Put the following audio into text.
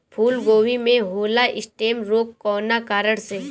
फूलगोभी में होला स्टेम रोग कौना कारण से?